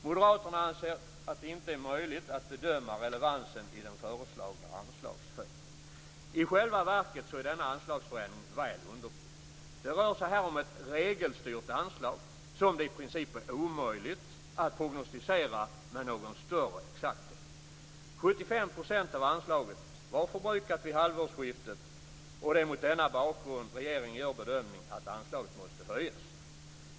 Moderaterna anser att det inte är möjligt att bedöma relevansen i den föreslagna anslagshöjningen. I själva verket är denna anslagsförändring väl underbyggd. Det rör sig här om ett regelstyrt anslag som det i princip är omöjligt att prognostisera med någon större exakthet. 75 % av anslaget var förbrukat vid halvårsskiftet, och det är mot denna bakgrund regeringen gör bedömningen att anslaget måste höjas.